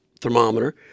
thermometer